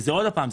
ועוד פעם,